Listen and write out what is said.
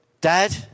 Dad